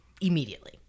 Immediately